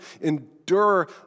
endure